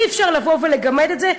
אי-אפשר לבוא ולגמד את זה,